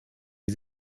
die